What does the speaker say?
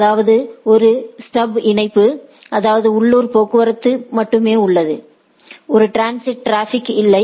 அதாவது இது ஒரு ஸ்டப் இணைப்பு அதாவது உள்ளூர் போக்குவரத்து மட்டுமே உள்ளது ஒரு ட்ரான்சிட் டிராபிக் இல்லை